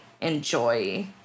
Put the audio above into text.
enjoy